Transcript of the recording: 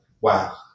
Wow